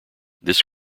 this